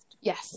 Yes